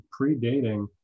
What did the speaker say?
predating